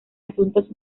asuntos